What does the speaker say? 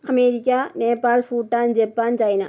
America Nepal Bhutan Japan China